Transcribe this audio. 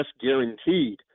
guaranteed